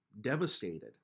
devastated